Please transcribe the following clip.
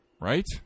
Right